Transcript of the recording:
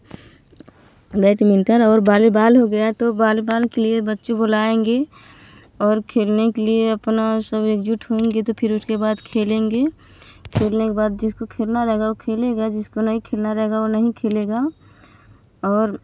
badminton और volleyball हो गया तो बालीबॉल के लिए बच्चों बोलाएँगी और खेलने के लिए अपना सब एकजुट होंगे फिर उसके बाद खेलेंगे खेलने के बाद फ़िर जिसको खेलना रहेगा वह खेलेगा जिसको नहीं खेलना रहेगा नहीं खेलेगा और